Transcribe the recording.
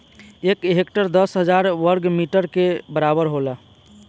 एक हेक्टेयर दस हजार वर्ग मीटर के बराबर होला